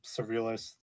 surrealist